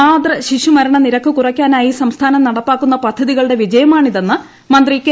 മാതൃ ശിശുമരണ നിരക്കു കുറയ്ക്കാനായി സംസ്ഥാനം നടപ്പാക്കുന്ന പദ്ധതികളുടെ വിജയമാണിതെന്നു മന്ത്രി കെ